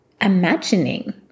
imagining